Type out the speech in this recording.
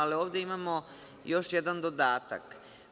Ali, ovde imamo još jedan dodatak.